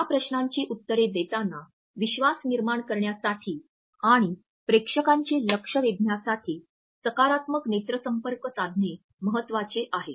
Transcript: या प्रश्नांची उत्तरे देताना विश्वास निर्माण करण्यासाठी आणि प्रेक्षकांचे लक्ष वेधण्यासाठी सकारात्मक नेत्रसंपर्क साधणे महत्वाचे आहे